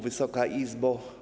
Wysoka Izbo!